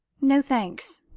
no thanks.